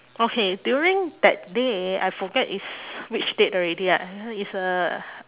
okay during that day I forget is which date already ah is uh